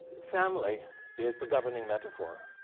family is the governing metaphor.